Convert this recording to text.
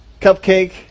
Cupcake